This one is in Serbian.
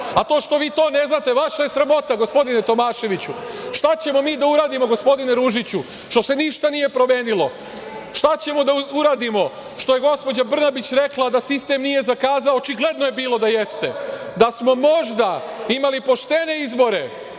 To što vi to ne znate vaša je sramota gospodine Tomaševiću. Šta ćemo mi da uradimo gospodine Ružiću što se ništa nije promenilo? Šta ćemo da uradimo što je gospođa Brnabić rekla da sistem nije zakazao? Očigledno je bilo da jeste. Da smo možda imali poštene izbore,